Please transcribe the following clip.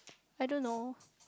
I don't know